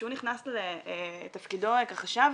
כשהוא נכנס לתפקידו כחשב,